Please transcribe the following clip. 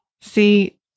See